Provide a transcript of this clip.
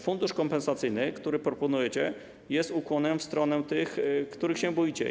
Fundusz kompensacyjny, który proponujecie, jest ukłonem w stronę tych, których się boicie.